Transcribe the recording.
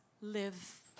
live